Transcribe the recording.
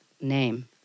name